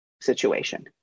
situation